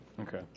Okay